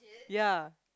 ya